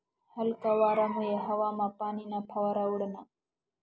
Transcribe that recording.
हलका वारामुये हवामा पाणीना फवारा उडना